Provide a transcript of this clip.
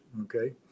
okay